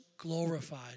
Glorified